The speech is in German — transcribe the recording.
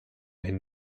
hin